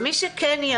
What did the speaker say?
מי שיעבור